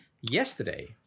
yesterday